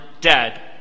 dead